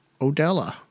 Odella